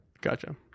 Gotcha